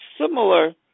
similar